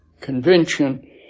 Convention